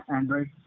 Android